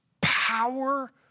power